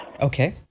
Okay